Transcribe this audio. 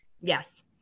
Yes